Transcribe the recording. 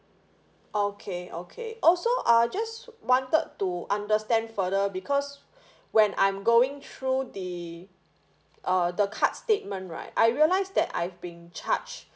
okay okay also uh just wanted to understand further because when I'm going through the uh the card statement right I realise that I've been charged